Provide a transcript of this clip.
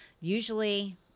usually